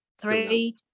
three